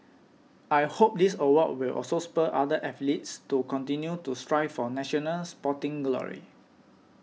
I hope this award will also spur other athletes to continue to strive for national sporting glory